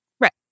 Right